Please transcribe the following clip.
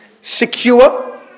secure